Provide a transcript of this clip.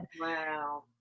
Wow